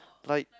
like